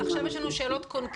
אבל עכשיו יש לנו שאלות קונקרטיות